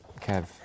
Kev